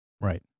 Right